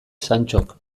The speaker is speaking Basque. santxok